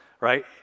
right